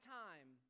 time